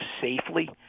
safely